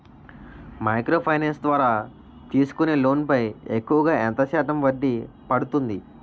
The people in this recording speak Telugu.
మైక్రో ఫైనాన్స్ ద్వారా తీసుకునే లోన్ పై ఎక్కువుగా ఎంత శాతం వడ్డీ పడుతుంది?